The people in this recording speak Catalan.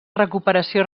recuperació